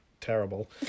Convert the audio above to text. terrible